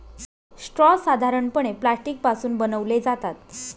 straw साधारणपणे plastic पासून बनवले जातात